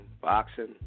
boxing